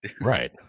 Right